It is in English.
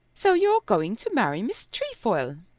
so you're going to marry miss trefoil,